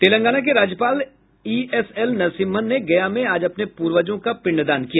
तेलंगाना के राज्यपाल ईएसएल नरसिम्हन ने गया में आज अपने पूर्वजों का पिंडदान किया